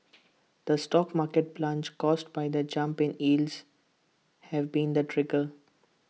the stock market plunge caused by the jump in yields have been the trigger